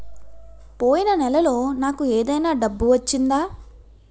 పోయిన నెలలో నాకు ఏదైనా డబ్బు వచ్చిందా?